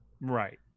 Right